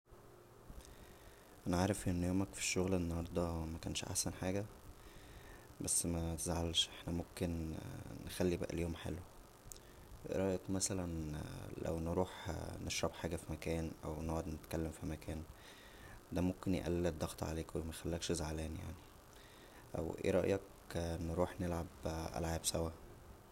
انا عارف ان يومك فالشغل انهارده مكانش احسن حاجه بس متزعلش احنا ممكن نخلى باقى اليوم حلو ايه رايك مثلا لو نروح نشرب حاجه فى مكان او نقعد نتكلم فى مكان دا ممكن يقلل الضغط عليك و ميخلكش زعلان يعنى او ايه رايك نروح نلعب العاب سوا